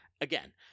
again